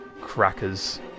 crackers